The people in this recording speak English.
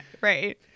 right